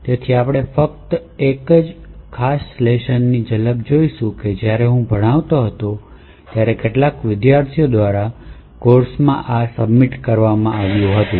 તેથી આપણે ફક્ત એક ખાસ લેશન ની ઝલક જોઈશું જે હું જ્યારે ભણાવતો હતો ત્યારે કેટલાક વિદ્યાર્થીઓ દ્વારા કોર્સમાં સબમિટ કરવામાં આવ્યું હતું